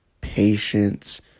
patience